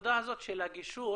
בנקודה הזאת של הגישור